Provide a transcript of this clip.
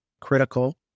critical